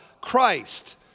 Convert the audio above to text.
Christ